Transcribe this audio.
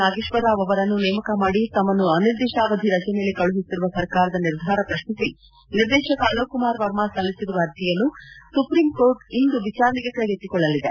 ನಾಗೇಶ್ಲರ ರಾವ್ ಅವರನ್ನು ನೇಮಕ ಮಾದಿ ತಮ್ಮನ್ನು ಅನಿರ್ದಿಷ್ಟಾವಧಿ ರಜೆ ಮೇಲೆ ಕಳುಹಿಸಿರುವ ಸರ್ಕಾರದ ನಿರ್ಧಾರವನ್ನು ಪ್ರಶ್ನಿಸಿ ನಿರ್ದೇಶಕ ಅಲೋಕ್ ಕುಮಾರ್ ವರ್ಮ ಸಲ್ಲಿಸಿರುವ ಅರ್ಜಿಯನ್ನು ಸುಪ್ರೀಂಕೋರ್ಟ್ ಇಂದು ವಿಚಾರಣೆಗೆ ಕೈಗೆತ್ತಿಕೊಳ್ಳಲಿದೆ